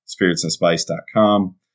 spiritsandspice.com